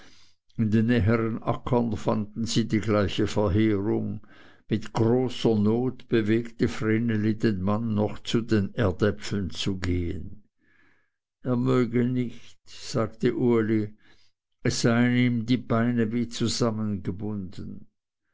fanden sie die gleiche verheerung mit großer not bewegte vreneli den mann noch zu den erdäpfeln zu gehen er möge nicht sagte uli es seien ihm die beine wie zusammengebunden